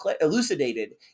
elucidated